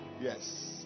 yes